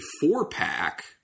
four-pack